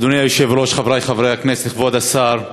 אדוני היושב-ראש, חברי חברי הכנסת, כבוד השר,